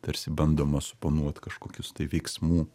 tarsi bandoma suponuot kažkokius tai veiksmų